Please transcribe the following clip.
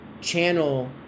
channel